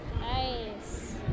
Nice